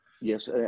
Yes